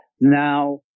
Now